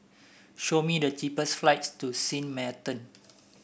show me the cheapest flights to Sint Maarten